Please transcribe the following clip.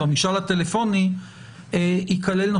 ביום רביעי,